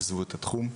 עזבו את התחום.